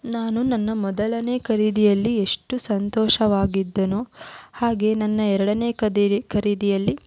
ನಾನು ನನ್ನ ಮೊದಲನೇ ಖರೀದಿಯಲ್ಲಿ ಎಷ್ಟು ಸಂತೋಷವಾಗಿದ್ದೆನೊ ಹಾಗೆ ನನ್ನ ಎರಡನೇ ಖದೇರಿ ಖರೀದಿಯಲ್ಲಿ